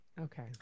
Okay